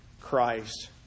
Christ